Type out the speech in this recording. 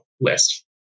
list